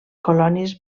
colònies